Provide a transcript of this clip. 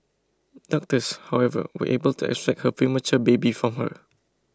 doctors however were able to extract her premature baby from her